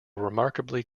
remarkably